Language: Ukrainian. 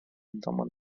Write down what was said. відомо